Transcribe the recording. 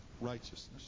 righteousness